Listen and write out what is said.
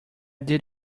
did